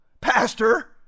Pastor